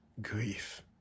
grief